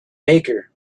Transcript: baker